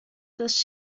des